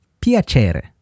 Piacere